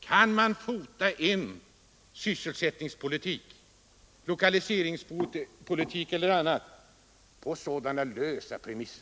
Kan man fota en sysselsättningspolitik, en lokaliseringspolitik eller någon annan politik på sådana lösa premisser?